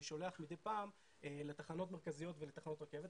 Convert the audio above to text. אני שולח מדי פעם לתחנות מרכזיות ולתחנות רכבת.